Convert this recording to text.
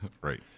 Right